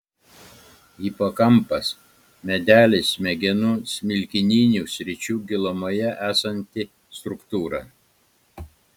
hipokampas medialiai smegenų smilkininių sričių gilumoje esanti struktūra